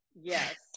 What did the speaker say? yes